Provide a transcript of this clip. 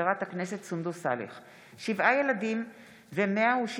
בעקבות דיון מהיר